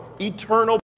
eternal